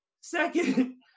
Second